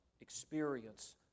experience